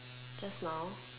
just now